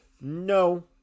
No